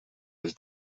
his